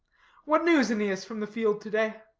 what news, aeneas, from the field to-day?